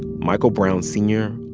michael brown sr.